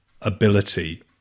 ability